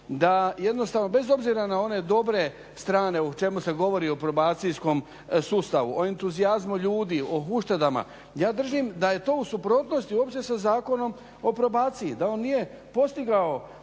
da jednostavno bez obzira na one dobre strane o čemu se govori o probacijskom sustavu, o entuzijazmu ljudi, o uštedama. Ja držim da je to u suprotnosti uopće sa Zakonom o probaciji, da on nije postigao